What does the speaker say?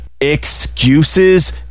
Excuses